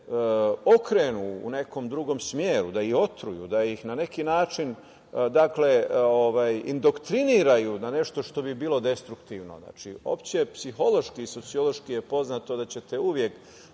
okrenu u nekom drugom smeru, da ih otruju, da ih na neki način indoktriniraju na nešto što bi bilo destruktivno. Znači, uopšte psihološki i sociološki je poznato da ćete uvek